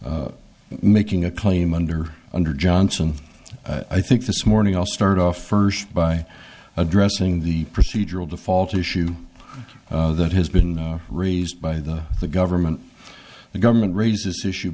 petition making a claim under under johnson i think this morning i'll start off first by addressing the procedural default issue that has been raised by the the government the government raises issue